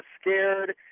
scared